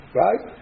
right